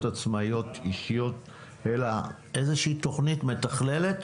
עצמאיות אישיות אלא איזושהי תוכנית מתכללת,